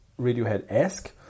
Radiohead-esque